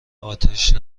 اتش